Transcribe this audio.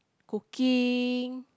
cooking